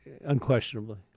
Unquestionably